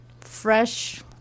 fresh